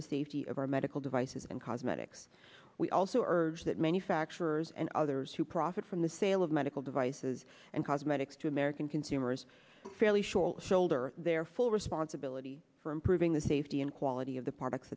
the safety of our medical devices and cosmetics we also urge that manufacturers and others who profit from the sale of medical devices and cosmetics to american consumers fairly short shoulder their full responsibility for improving the safety and quality of the p